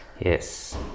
yes